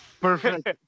Perfect